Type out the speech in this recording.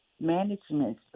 management